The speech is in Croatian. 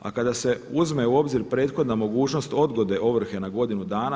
A kada se uzme u obzir prethodna mogućnost odgode ovrhe na godinu dana.